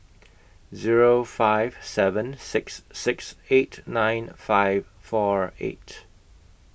Zero five seven six six eight nine five four eight